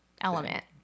element